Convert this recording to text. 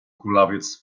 kulawiec